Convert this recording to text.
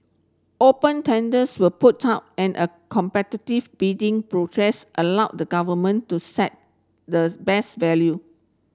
open tenders were put out and a competitive bidding process allowed the Government to set the best value